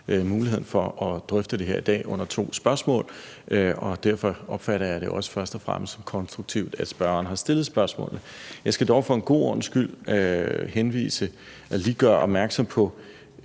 mulighed for at drøfte det her i dag under to spørgsmål, og derfor opfatter jeg det også først og fremmest som konstruktivt, at spørgeren har stillet spørgsmålet. Jeg skal dog for god ordens skyld lige gøre opmærksom på